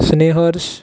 स्नेहर्ष